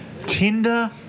Tinder